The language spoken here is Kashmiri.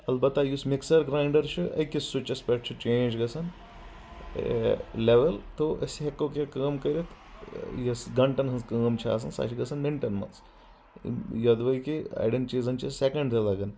البتہ یُس مکسر گینڈر چھ أکس سُچس پٮ۪ٹھ چھ چینج گژھان لیٚول تو أسۍ ہیٚکو کیاہ کٲم کرتھ یۄس گنٹن ہٕنٛز کٲم چھ آسان سۄ چھ گژھان منٹن منٛز یۄدوے کہِ اڑٮ۪ن چیٖزن چھِ سیٚکنٛڈ تہِ لگان